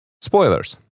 spoilers